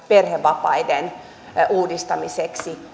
perhevapaiden uudistamiseksi